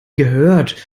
gehört